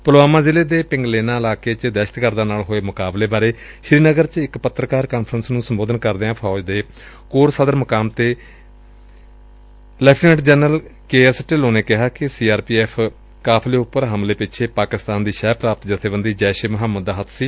ਪੁਲਵਾਮਾ ਜ਼ਿਲ੍ਹੇ ਦੇ ਪਿੰਗਲੇਨਾ ਇਲਾਕੇ ਚ ਦਹਿਸ਼ਤਗਰਦਾਂ ਨਾਲ ਹੋਏ ਮੁਕਾਬਲੇ ਬਾਰੇ ਸ੍ਰੀਨਗਰ ਚ ਇਕ ਪੱਤਰਕਾਰ ਕਾਨਫਰੰਸ ਨੂੰ ਸੰਬੋਧਨ ਕਰਦਿਆਂ ਫੌਜ ਦੇ ਕੋਰ ਸਦਰ ਮੁਕਾਮ ਤੇ ਇਕ ਪੱਤਰਕਾਰ ਕਾਨਫਰੰਸ ਨੂੰ ਸੰਬੋਧਨ ਕਰਦਿਆਂ lieutenant general K S Dhillon ਨੇ ਕਿਹਾ ਕਿ ਸੀ ਆਰ ਪੀ ਐਫ਼ ਕਾਫਲੇ ਉਪਰ ਹਮਲੇ ਪਿੱਛੇ ਪਾਕਿਸਤਾਨ ਦੀ ਸ਼ਹਿਰ ਪ੍ਰਾਪਤ ਜਬੇਬੰਦੀ ਜੈਸ਼ ਏ ਮੁਹੰਮਦ ਦਾ ਹੱਬ ਸੀ